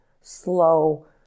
slow